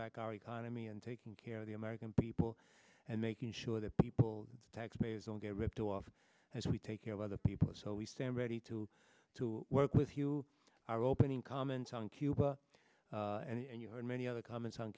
back our economy and taking care of the american people and making sure that people taxpayers don't get ripped off as we take care of other people so we stand ready to to work with you our opening comments on cuba and you heard many other comments on